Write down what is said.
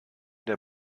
der